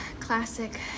classic